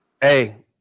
Hey